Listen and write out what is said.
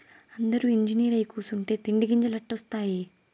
అందురూ ఇంజనీరై కూసుంటే తిండి గింజలెట్టా ఒస్తాయి